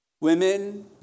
Women